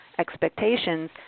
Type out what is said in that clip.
expectations